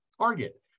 target